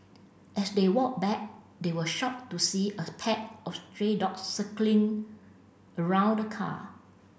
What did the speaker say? as they walked back they were shocked to see as pack of stray dogs circling around the car